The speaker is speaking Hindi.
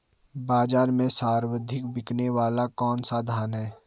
बाज़ार में सर्वाधिक बिकने वाला कौनसा धान है?